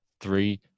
Three